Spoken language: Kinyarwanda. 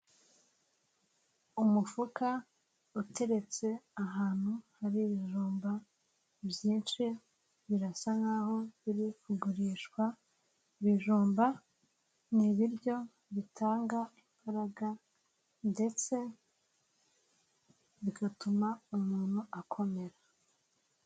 Umufuka uteretse ahantu hari ibijumba byinshi, birasa nk'aho biri kugurishwa, ibijumba ni ibiryo bitanga imbaraga ndetse bigatuma umuntu akomera.